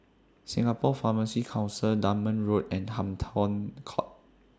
Singapore Pharmacy Council Dunman Road and Hampton Court